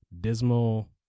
dismal